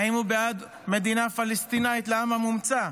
האם הוא בעד מדינה פלסטינאית לעם המומצא?